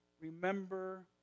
remember